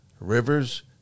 Rivers